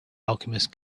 alchemist